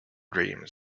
dreams